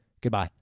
Goodbye